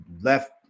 left